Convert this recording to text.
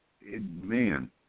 Man